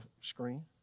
screen